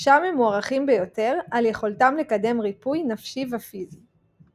שם הם מוערכים ביותר על יכולתם לקדם ריפוי נפשי ופיזי.